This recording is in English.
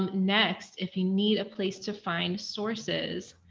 um next, if you need a place to find sources.